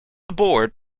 aboard